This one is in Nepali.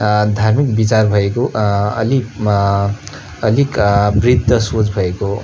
धार्मिक विचार भएको अलिकमा अलिक वृद्ध सोच भएको